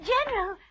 General